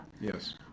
Yes